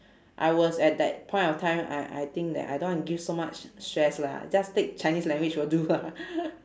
I was at that point of time I I think that I don't want to give so much stress lah just take chinese language will do lah